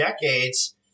decades